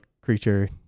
creature